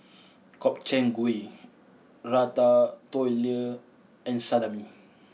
Gobchang Gui Ratatouille and Salami